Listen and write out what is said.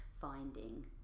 finding